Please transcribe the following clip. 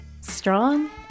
strong